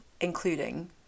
including